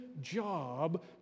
job